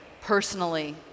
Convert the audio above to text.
personally